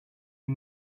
you